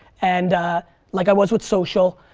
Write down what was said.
and like i was with social.